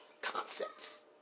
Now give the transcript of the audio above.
Concepts